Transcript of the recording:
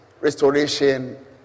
restoration